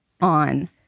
on